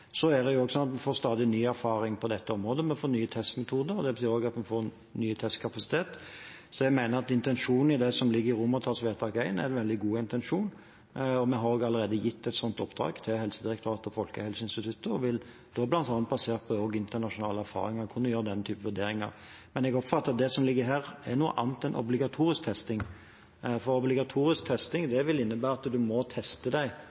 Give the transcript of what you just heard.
Så er det også slik at vi stadig får ny erfaring på dette området. Vi får nye testmetoder, og det betyr også at vi får ny testkapasitet. Så jeg mener at intensjonen i det som ligger i vedtakets I, er en veldig god intensjon. Vi har også allerede gitt et sånt oppdrag til Helsedirektoratet og Folkehelseinstituttet og vil, bl.a. basert på internasjonale erfaringer, kunne gjøre denne typen vurderinger. Men jeg oppfatter at det som ligger her, er noe annet enn obligatorisk testing, for obligatorisk testing vil innebære at man må teste